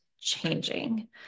changing